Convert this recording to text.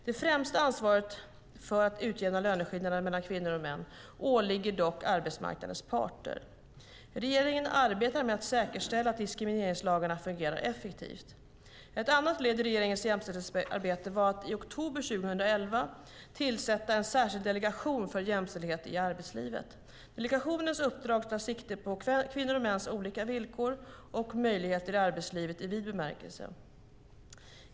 Det främsta ansvaret för att utjämna löneskillnaderna mellan kvinnor och män åligger dock arbetsmarknadens parter. Regeringen arbetar med att säkerställa att diskrimineringslagarna fungerar effektivt. Ett annat led i regeringens jämställdhetsarbete var att i oktober 2011 tillsätta en särskild delegation för jämställdhet i arbetslivet. Delegationens uppdrag tar sikte på kvinnors och mäns olika villkor och möjligheter i arbetslivet i vid bemärkelse.